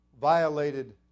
violated